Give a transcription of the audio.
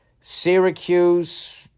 Syracuse